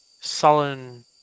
sullen